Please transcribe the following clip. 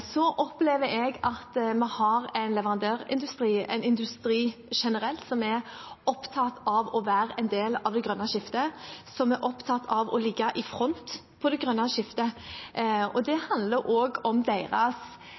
opplever jeg at vi har en leverandørindustri og en industri generelt som er opptatt av å være en del av det grønne skiftet, som er opptatt av å ligge i front med det grønne skiftet. Det handler også om deres markedsandel, og det handler om deres